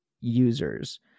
users